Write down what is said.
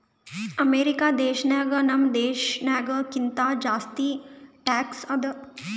America ದೇಶನಾಗ್ ನಮ್ ದೇಶನಾಗ್ ಕಿಂತಾ ಜಾಸ್ತಿ ಟ್ಯಾಕ್ಸ್ ಅದಾ